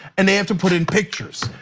and they have to put in pictures.